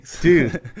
Dude